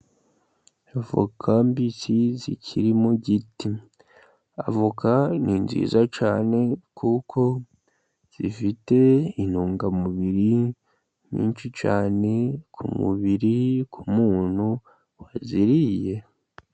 Avoka mbisi zikiri mu giti. Avoka ni nziza cyane kuko zifite intungamubiri nyinshi cyane ku mubiri w'umuntu waziriye.